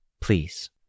Please